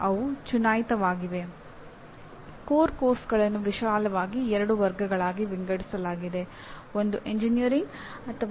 ಅನೇಕ ಉನ್ನತ ಶಿಕ್ಷಣ ಸಂಸ್ಥೆಗಳು ಎನ್ಎಎಸಿ ಮಾನ್ಯತೆ ಪಡೆಯಲು ಬಯಸುತ್ತವೆ